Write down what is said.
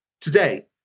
today